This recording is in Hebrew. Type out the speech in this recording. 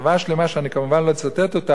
שאני כמובן לא אצטט אותה אפילו,